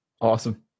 Awesome